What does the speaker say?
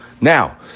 Now